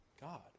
God